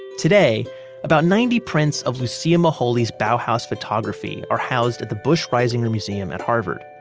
today about ninety prints of lucia moholy's bauhaus photography are housed at the busch reisinger museum at harvard.